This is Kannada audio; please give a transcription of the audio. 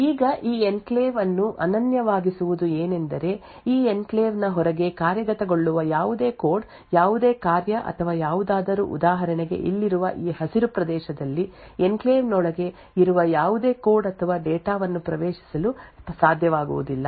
ಈಗ ಈ ಎನ್ಕ್ಲೇವ್ ಅನ್ನು ಅನನ್ಯವಾಗಿಸುವುದು ಏನೆಂದರೆ ಈ ಎನ್ಕ್ಲೇವ್ ನ ಹೊರಗೆ ಕಾರ್ಯಗತಗೊಳ್ಳುವ ಯಾವುದೇ ಕೋಡ್ ಯಾವುದೇ ಕಾರ್ಯ ಅಥವಾ ಯಾವುದಾದರೂ ಉದಾಹರಣೆಗೆ ಇಲ್ಲಿರುವ ಈ ಹಸಿರು ಪ್ರದೇಶದಲ್ಲಿ ಎನ್ಕ್ಲೇವ್ ನೊಳಗೆ ಇರುವ ಯಾವುದೇ ಕೋಡ್ ಅಥವಾ ಡೇಟಾ ವನ್ನು ಪ್ರವೇಶಿಸಲು ಸಾಧ್ಯವಾಗುವುದಿಲ್ಲ